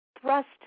Thrust